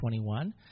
21